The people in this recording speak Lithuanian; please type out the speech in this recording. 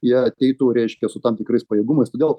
jie ateitų reiškia su tam tikrais pajėgumas todėl